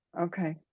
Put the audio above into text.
Okay